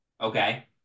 Okay